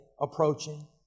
approaching